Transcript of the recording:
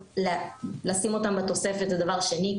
ולשים אותן בתוספת זה דבר שני.